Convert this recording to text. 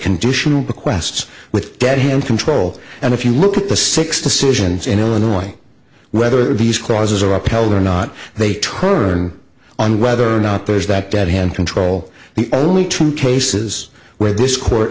conditional bequests with dead hand control and if you look at the six decisions in illinois whether these clauses are upheld or not they turn on whether or not there's that dead hand control the only two cases where this court